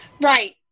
Right